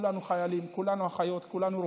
כולנו חיילים,